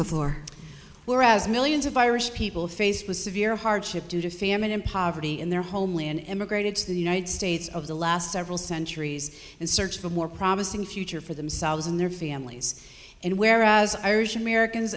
floor whereas millions of irish people faced with severe hardship due to famine in poverty in their homeland immigrated to the united states of the last several centuries in search of a more promising future for themselves and their families and whereas irish americans